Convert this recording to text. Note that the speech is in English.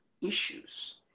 issues